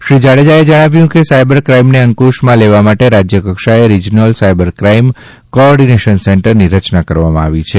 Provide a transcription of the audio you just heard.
શ્રી જાડેજાએ જણાવ્યું કે સાયબર કાઇમને અંકુશમાં લેવા માટે રાજ્યકક્ષાએ રીજીયોનલ સાયબર ક્રાઇમ કોઓડિનેશન સેન્ટરની રચના કરવામાં આવી છે